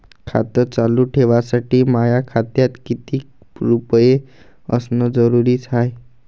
खातं चालू ठेवासाठी माया खात्यात कितीक रुपये असनं जरुरीच हाय?